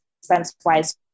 expense-wise